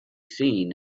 seen